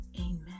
Amen